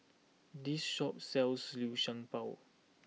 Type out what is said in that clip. this shop sells Liu Sha Bao